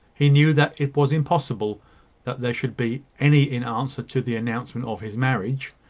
he knew that it was impossible that there should be any in answer to the announcement of his marriage.